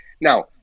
Now